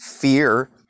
fear